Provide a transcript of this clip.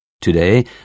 Today